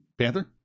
Panther